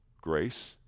grace